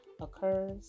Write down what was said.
occurs